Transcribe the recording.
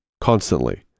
constantly